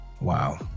Wow